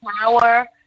power